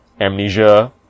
Amnesia